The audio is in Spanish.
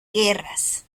guerras